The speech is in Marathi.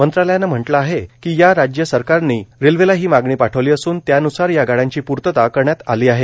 मंत्रालयानं म्हटलं आहे की राज्य सरकारांनी रेल्वेला ही मागणी पाठविली असून त्यान्सार या गाड्यांची पूर्तता करण्यात आली आहे